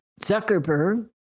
Zuckerberg